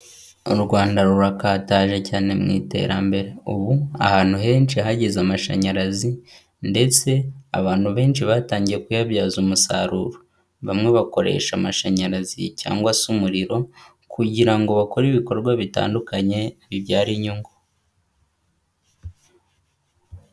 U Rwanda rurakataje cyane mu iterambere, ubu ahantu henshi hageze amashanyarazi ndetse abantu benshi batangiye kuyabyaza umusaruro, bamwe bakoresha amashanyarazi cyangwa se umuriro kugira ngo bakore ibikorwa bitandukanye bibyara inyungu.